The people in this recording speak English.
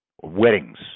weddings